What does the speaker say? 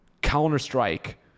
Counter-Strike